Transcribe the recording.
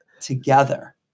together